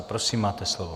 Prosím, máte slovo.